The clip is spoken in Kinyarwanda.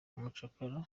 umucakara